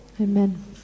Amen